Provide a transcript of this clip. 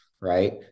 right